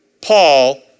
Paul